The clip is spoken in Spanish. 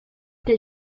que